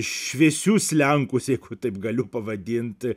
šviesius lenkus jeigu taip galiu pavadint